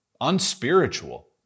unspiritual